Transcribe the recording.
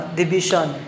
division